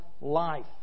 life